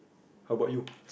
how about you